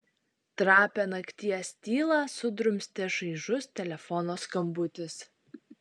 trapią nakties tylą sudrumstė šaižus telefono skambutis